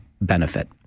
benefit